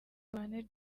tubane